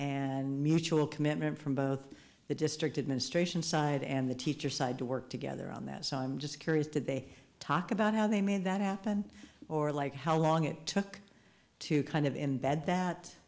and mutual commitment from both the district administration side and the teacher side to work together on that syme just curious did they talk about how they made that happen or like how long it took to kind of embed that